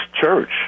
church